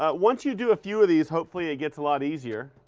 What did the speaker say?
ah once you do a few of these, hopefully it gets a lot easier.